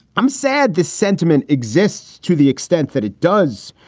i'm sad this sentiment exists to the extent that it does.